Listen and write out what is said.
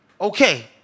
Okay